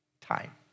time